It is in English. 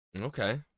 Okay